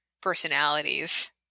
personalities